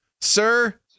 Sir